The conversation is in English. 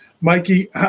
Mikey